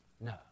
No